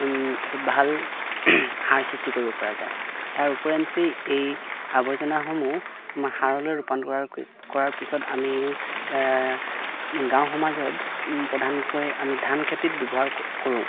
এটি ভাল সাৰ সৃষ্টি কৰিব পৰা যায় তাৰ ওপৰঞ্চি এই আৱৰ্জনাসমূহ সাৰলৈ ৰূপান্তৰ কৰাৰ কৰাৰ পিছত আমি গাঁও সমাজত প্ৰধানকৈ আমি ধান খেতিত ব্যৱহাৰ কৰোঁ